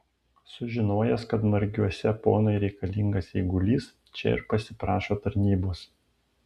sužinojęs kad margiuose ponui reikalingas eigulys čia ir pasiprašo tarnybos